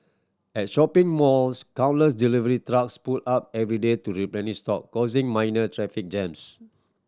at shopping malls countless delivery trucks pull up every day to replenish stock causing minor traffic jams